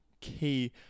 key